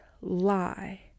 lie